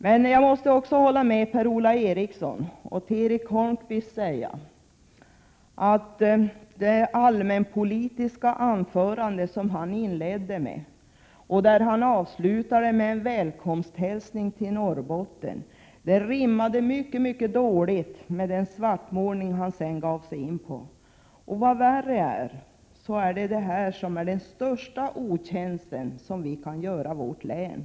Men jag måste också hålla med Per-Ola Eriksson och säga till Erik Holmkvist att det allmänpolitiska anförande som han inledde med och avslutade med en välkomsthälsning till Norrbotten rimmade mycket illa med den svartmålning han gav sig in på. Och vad värre är: detta är den största otjänst vi kan göra vårt län.